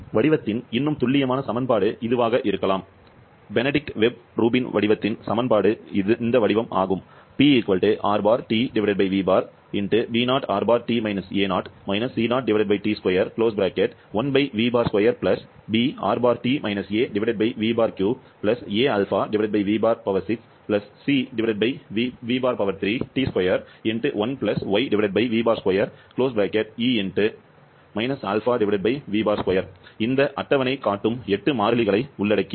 வடிவத்தின் இன்னும் துல்லியமான சமன்பாடு இதுவாக இருக்கலாம் பெனடிக்ட் வெப் ரூபின் வடிவத்தின் சமன்பாடு இது வடிவம் இந்த அட்டவணை காட்டும் எட்டு மாறிலிகளை உள்ளடக்கியது